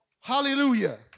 hallelujah